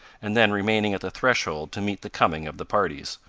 and then remaining at the threshold to meet the coming of the parties.